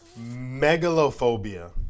megalophobia